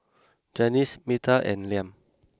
Janyce Myrta and Liam